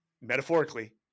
metaphorically